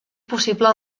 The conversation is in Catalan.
possible